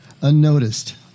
unnoticed